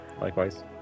Likewise